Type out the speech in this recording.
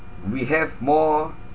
we have more